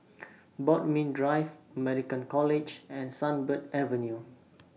Bodmin Drive American College and Sunbird Avenue